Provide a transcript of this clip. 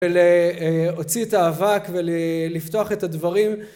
ולהוציא את האבק ולפתוח את הדברים